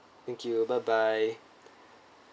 thank you bye bye